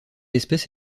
espèce